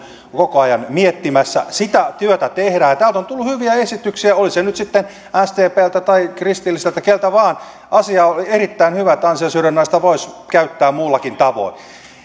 koko ajan miettimässä sitä työtä tehdään täältä on tullut hyviä esityksiä oli se nyt sitten sdpltä tai kristillisiltä keltä vaan asia on erittäin hyvä että ansiosidonnaista voisi käyttää muullakin tavoin